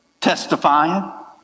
Testifying